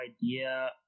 idea